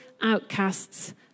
outcasts